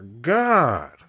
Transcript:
god